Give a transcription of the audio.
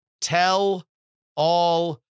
tell-all